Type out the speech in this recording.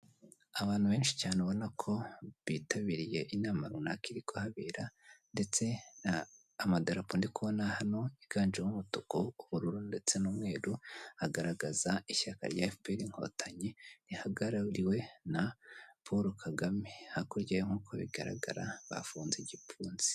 Abantu benshi cyane ubona ko bitabiriye inama runaka iri kuhabera ndetse amadarapo ndikubona hano higanjemo umutuku, ubururu ndetse n'umweru, agaragaza ishyaka rya FPR inkotanyi rihagarariwe na Paul Kagame. Hakurya ye nk'uko bigaragara bafunze igipfunsi.